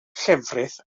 llefrith